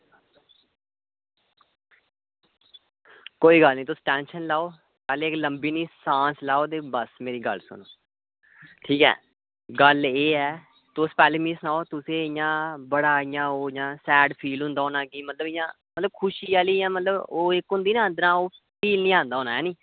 कोई गल्ल निं तुस टेंशन निं लैओ पैह्लें इक्क लंबी नेही सांस लैओ ते मेरी गल्ल सुनो ठीक ऐ गल्ल एह् ऐ तुस पैह्लें मिगी सनाओ तुस इंयां बड़ा इंयां ओह् इंयां सैड फील होंदा होना मतलब इंया मतलब खुशी आह्ली मतलब इक्क ओह् होंदी ना फील निं आंदा होना ऐ नी